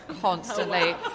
constantly